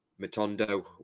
Matondo